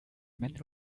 many